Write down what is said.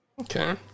Okay